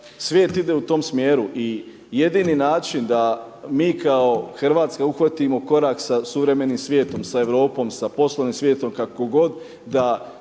svijet ide u tom smjeru i jedini način da mi kao Hrvatska uhvatimo korak sa suvremenim svijetom, sa Europom, sa poslovnim svijetom kako god